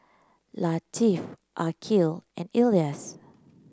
Latif Aqil and Elyas